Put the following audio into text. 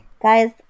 Guys